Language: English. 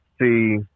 see